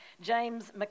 James